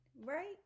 Right